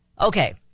Okay